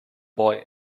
boy